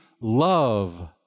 love